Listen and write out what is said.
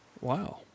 Wow